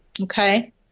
Okay